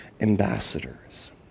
ambassadors